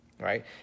Right